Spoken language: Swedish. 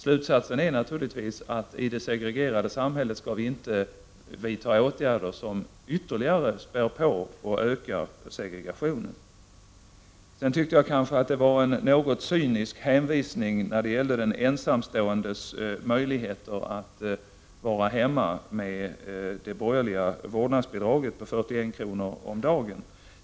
Slutsatsen är naturligtvis att vi i det segregerade samhället inte skall vidta åtgärder som ytterligare spär på och ökar segregationen. Jag tycker att det var ett något cyniskt tal om den ensamståendes möjligheter att vara hemma med hjälp av det borgerliga vårdnadsbidraget på 41 kronor om dagen.